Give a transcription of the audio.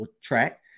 track